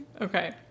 Okay